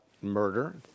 murder